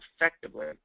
effectively